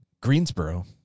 Greensboro